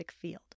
field